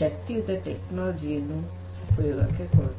ಶಕ್ತಿಯುತ ತಂತ್ರಜ್ಞಾನಯ ಉಪಯೋಗಗಳನ್ನು ಕೊಡುತ್ತವೆ